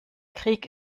krieg